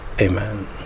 Amen